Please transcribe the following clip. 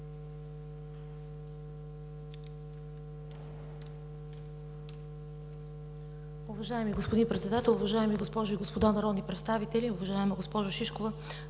Уважаеми господин Председател, уважаеми госпожи и господа народни представители! Уважаема госпожо Шишкова,